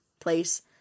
place